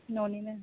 न'निनो